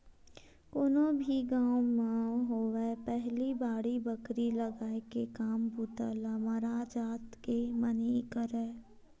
कोनो भी गाँव म होवय पहिली बाड़ी बखरी लगाय के काम बूता ल मरार जात के मन ही करय